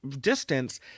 distance